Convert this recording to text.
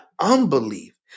unbelief